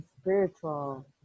spiritual